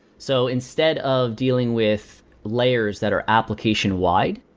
so instead of dealing with layers that are application wide,